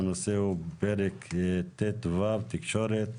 והנושא הוא פרק ט"ו (תקשורת),